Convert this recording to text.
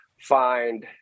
find